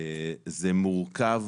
זה מאוד מורכב,